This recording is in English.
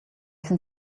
can